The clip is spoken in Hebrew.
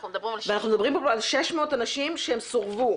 אנחנו מדברים על 600. ואנחנו מדברים פה על 600 אנשים שהם סורבו.